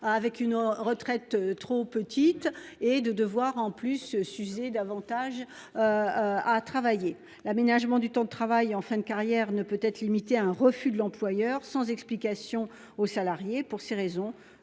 une retraite insuffisante, soit de s'user davantage au travail. L'aménagement du temps de travail en fin de carrière ne peut être limité par un refus de l'employeur sans explication au salarié. Pour ces raisons,